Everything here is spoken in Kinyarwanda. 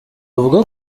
avuga